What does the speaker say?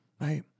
right